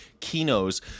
kinos